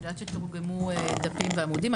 אני יודעת שתורגמו דפים ועמודים,